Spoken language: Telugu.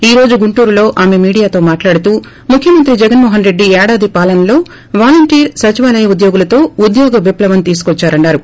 ఈ రోజు గుంటూరులో ఆమె మీడియాతో మాట్లాడుతూ ముఖ్యమంత్రి జగన్మోహన్ రెడ్డి ఏడాది పాలనలో వాలంటీర్ సచివాల ఉద్యోగులతో ఉద్యోగ విప్లవం తీసుకోద్చారన్నారు